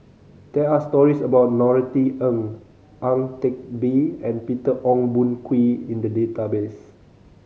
there are stories about Norothy Ng Ang Teck Bee and Peter Ong Boon Kwee in the database